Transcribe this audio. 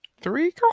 Three